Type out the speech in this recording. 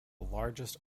largest